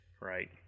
right